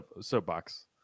soapbox